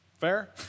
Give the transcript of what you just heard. Fair